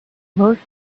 most